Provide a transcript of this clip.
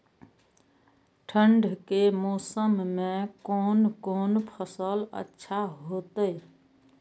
ठंड के मौसम में कोन कोन फसल अच्छा होते?